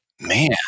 man